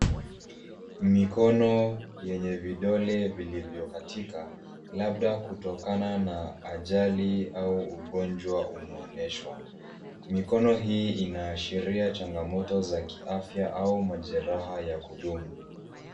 Mikono vyenye vidole vilivyokatika, labda kutokana na ajali au ugonjwa umeonyeshwa. Mikono hii inaashiria changamoto za kiafya au majeraha ya kudumu.